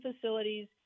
facilities